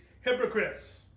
hypocrites